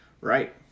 right